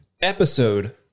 Episode